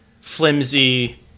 flimsy